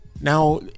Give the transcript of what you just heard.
Now